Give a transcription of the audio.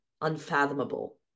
unfathomable